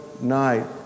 night